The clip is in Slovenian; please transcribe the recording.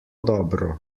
dobro